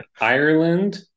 Ireland